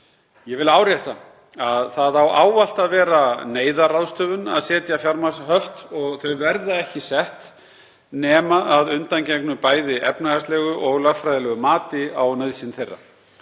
Ég vil árétta að það á alltaf að vera neyðarráðstöfun að setja fjármagnshöft og þau verða ekki sett nema að undangengnu bæði efnahagslegu og lögfræðilegu mati á nauðsyn þeirra.